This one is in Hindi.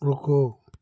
रुको